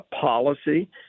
policy